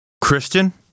Christian